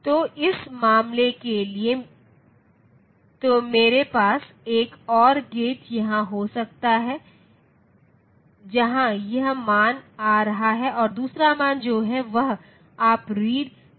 तो इस मामले के लिए तो मेरे पास 1 और गेट यहां हो सकता है जहां यह मान आ रहा है और दूसरा मान जो है वह आप रीड कह सकते है